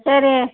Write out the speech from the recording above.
சரி